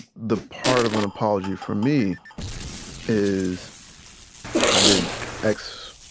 the part of an apology for me is i did x,